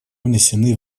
внесены